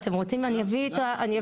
אתם רוצים שאני אביא דוגמאות?